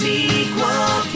Sequel